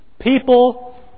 people